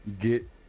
get